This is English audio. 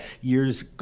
years